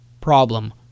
problem